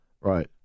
Right